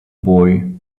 boy